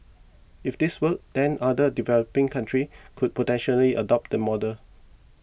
if this works then other developing countries could potentially adopt the model